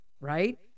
right